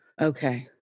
Okay